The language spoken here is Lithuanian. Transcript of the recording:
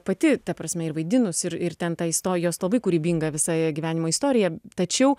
pati ta prasme ir vaidinus ir ir ten tą istorijos labai kūrybinga visai gyvenimo istorija tačiau